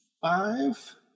five